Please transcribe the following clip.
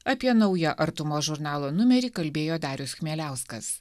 apie naują artumos žurnalo numerį kalbėjo darius chmieliauskas